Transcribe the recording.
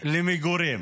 למגורים.